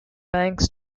banks